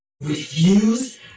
Refuse